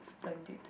splendid